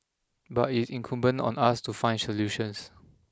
but it is incumbent on us to find solutions